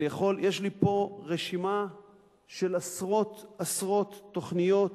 יש לי פה רשימה של עשרות תוכניות